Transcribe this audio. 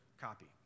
copy